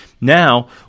Now